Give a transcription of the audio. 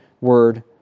Word